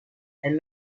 and